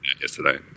yesterday